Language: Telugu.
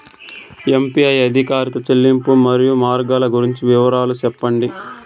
యు.పి.ఐ ఆధారిత చెల్లింపులు, మరియు మార్గాలు గురించి వివరాలు సెప్పండి?